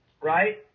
right